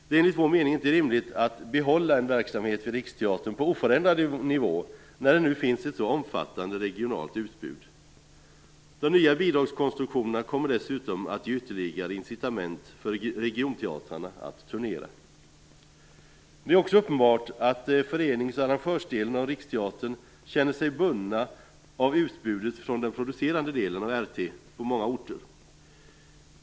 Det är enligt vår mening inte rimligt att behålla en verksamhet vid Riksteatern på oförändrad nivå när det nu finns ett så omfattande regionalt utbud. De nya bidragskonstruktionerna kommer dessutom att ge ytterligare incitament för regionteatrarna att turnera. Det är också uppenbart att förenings och arrangörsdelen av Riksteatern känner sig bunden av utbudet från den producerande delen av RT på många orter.